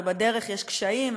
ובדרך יש קשיים,